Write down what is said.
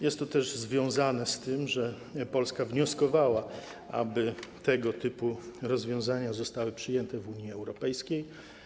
Jest to też związane z tym, że Polska wnioskowała, aby tego typu rozwiązania zostały przyjęte w Unii Europejskiej.